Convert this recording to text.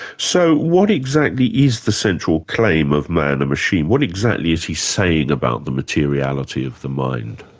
so what exactly is the central claim of man, a machine, what exactly is he saying about the materiality of the mind?